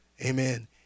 Amen